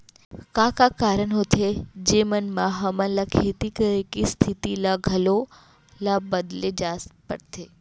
का का कारण होथे जेमन मा हमन ला खेती करे के स्तिथि ला घलो ला बदले ला पड़थे?